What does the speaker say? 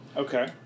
Okay